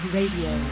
Radio